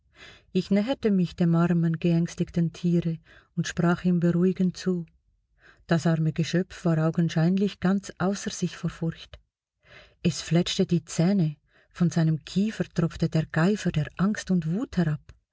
ich näherte mich dem armen geängstigten tiere und sprach ihm beruhigend zu das arme geschöpf war augenscheinlich ganz außer sich vor furcht es fletschte die zähne von seinem kiefer tropfte der geifer der angst und wut herab